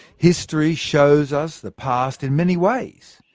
history shows us the past in many ways,